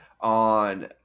on